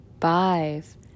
five